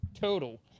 total